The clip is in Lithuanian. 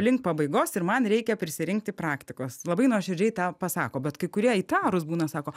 link pabaigos ir man reikia prisirinkti praktikos labai nuoširdžiai tą pasako bet kai kurie įtarūs būna sako